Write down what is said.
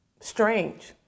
strange